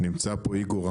נמצא פה איגור,